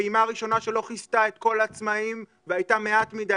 הפעימה הראשונה שלא כיסתה את כל העצמאים והייתה מעט מדי.